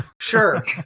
Sure